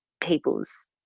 people's